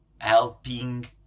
helping